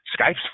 skype's